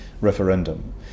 referendum